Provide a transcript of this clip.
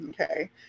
okay